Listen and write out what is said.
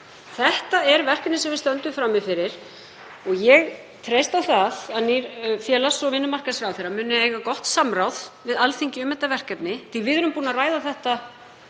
Þetta er verkefnið sem við stöndum frammi fyrir. Ég treysti á það að nýr félagsmála- og vinnumarkaðsráðherra muni eiga gott samráð við Alþingi um þetta verkefni því að við erum búin að ræða það